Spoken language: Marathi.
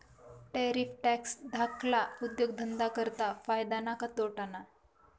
टैरिफ टॅक्स धाकल्ला उद्योगधंदा करता फायदा ना का तोटाना?